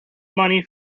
money